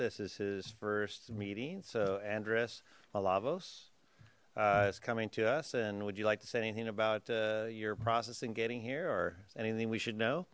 this is his first meeting so andrus malavos uh is coming to us and would you like to say anything about uh your process in getting here or anything we should know